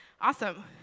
Awesome